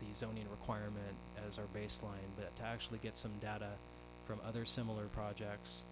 the zoning requirement as a baseline to actually get some data from other similar projects